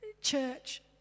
church